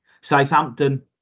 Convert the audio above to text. Southampton